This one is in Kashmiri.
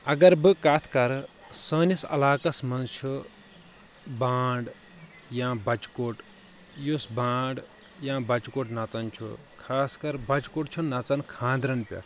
اگر بہٕ کتھ کرٕ سٲنِس علاقس منٛز چھِ بانٛڈ یا بچہِ کوٚٹ یُس بانٛڑ یا بچہِ کوٚٹ نژان چھُ خاص کر بچہِ کوٚٹ چھُ نژان خانٛدرن پٮ۪ٹھ